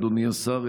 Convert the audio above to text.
אדוני השר,